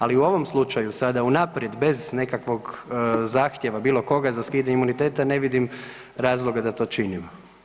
Ali u ovom slučaju sada unaprijed bez nekakvog zahtjeva bilo koga za skidanje imuniteta ne vidim razloga da to činimo.